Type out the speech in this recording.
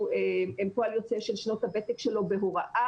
הם פועל יוצא של שנות הוותק שלו בהוראה,